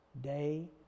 day